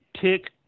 Tick